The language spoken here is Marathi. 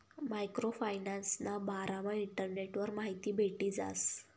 मायक्रो फायनान्सना बारामा इंटरनेटवर माहिती भेटी जास